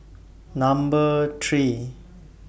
Number three